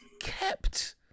kept